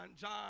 John